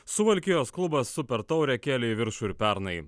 suvalkijos klubas super taurę kėlė į viršų ir pernai